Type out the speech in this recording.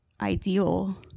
ideal